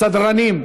הסדרנים,